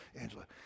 Angela